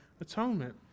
atonement